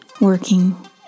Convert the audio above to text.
working